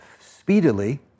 speedily